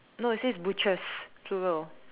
no it says butchers plural